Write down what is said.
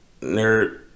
nerd